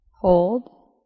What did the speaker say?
Hold